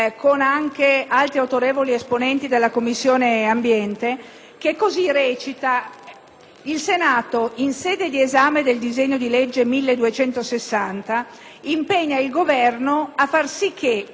«Il Senato, in sede di esame del disegno di legge n. 1260, impegna il Governo a far sì che, conformemente alle finalità perseguite con il decreto-legge 20